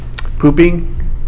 pooping